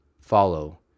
Follow